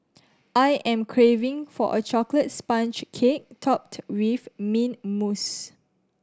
I am craving for a chocolate sponge cake topped with mint mousse